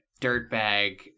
dirtbag